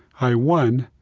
i won.